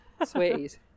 Sweaties